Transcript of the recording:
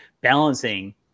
balancing